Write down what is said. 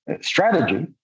strategy